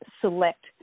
select